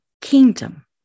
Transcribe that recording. kingdom